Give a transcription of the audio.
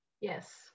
Yes